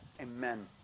amen